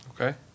Okay